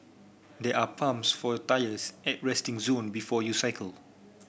there are pumps for tyres at resting zone before you cycle